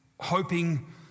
hoping